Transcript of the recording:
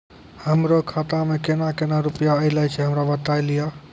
हमरो खाता मे केना केना रुपैया ऐलो छै? हमरा बताय लियै?